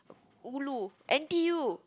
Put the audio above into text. ulu n_t_u